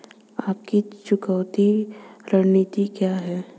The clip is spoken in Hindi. आपकी चुकौती रणनीति क्या है?